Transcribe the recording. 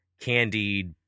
candied